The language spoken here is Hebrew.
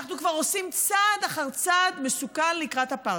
אנחנו כבר עושים צעד אחר צעד מסוכן לקראת אפרטהייד,